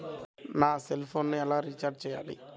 నా సెల్ఫోన్కు రీచార్జ్ ఎలా చేయాలి?